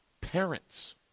parents